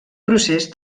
procés